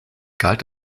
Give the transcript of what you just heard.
galt